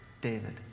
David